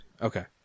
Okay